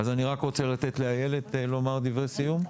אז אני רק רוצה לתת לאיילת לומר דברי סיום.